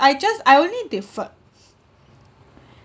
I just I only deferred